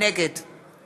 נגד